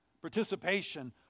participation